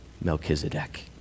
Melchizedek